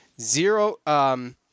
Zero